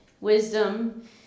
wisdom